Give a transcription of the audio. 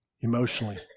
emotionally